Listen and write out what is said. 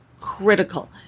critical